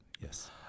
Yes